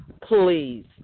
Please